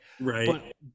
right